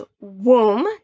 womb